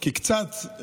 כי קצת ליוויתי,